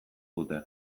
dute